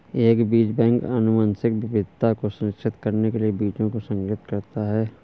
एक बीज बैंक आनुवंशिक विविधता को संरक्षित करने के लिए बीजों को संग्रहीत करता है